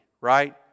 right